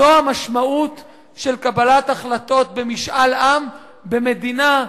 זו המשמעות של קבלת החלטות במשאל עם במדינה,